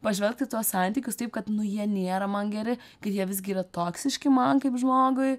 pažvelgt į tuos santykius taip kad nu jie niera man geri kad jie visgi yra toksiški man kaip žmogui